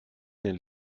nel